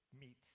meet